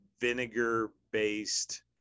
vinegar-based